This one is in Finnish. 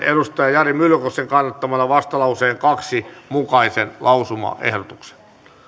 jari myllykosken kannattamana tehnyt vastalauseen kahden mukaisen lausumaehdotuksen